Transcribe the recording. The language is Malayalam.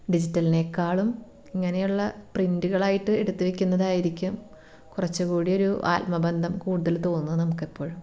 ഡിജിറ്റലിനേക്കാളും ഇങ്ങനെയുള്ള പ്രിന്റുകളായിട്ട് എടുത്തു വയ്ക്കുന്നതായിരിക്കും കുറച്ചു കൂടി ഒരു ആത്മബന്ധം കൂടുതൽ തോന്നുന്നത് നമുക്കെപ്പോഴും